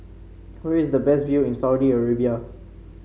where is the best view in Saudi Arabia